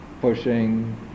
pushing